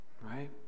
Right